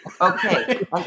Okay